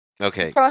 okay